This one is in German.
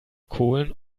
kohlen